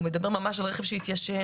הוא מדבר ממש על רכב שהתיישן,